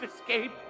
escape